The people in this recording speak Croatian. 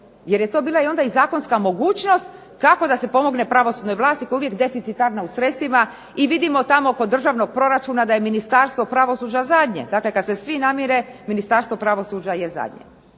jer je to bila i onda zakonska mogućnost kako da se pomogne pravosudnoj vlasti koja je uvijek deficitarna u sredstvima i vidimo tamo kod državnog proračuna da je Ministarstvo pravosuđa zadnje. Dakle, kad se svi namire Ministarstvo pravosuđa je zadnje.